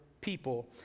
people